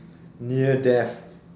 near death